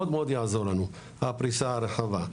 מאוד יעזור לנו הפריסה הרחבה.